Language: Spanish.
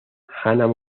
hannah